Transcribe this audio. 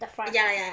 the front